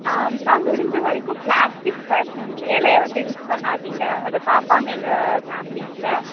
ஆ ma'am முடிஞ்ச வரைக்கும் plastic இலைய வந்து யூஸ் பண்ணாதீங்க அதை பார்ப்பாங்க எங்கள் ஃபேம்லில